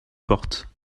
porte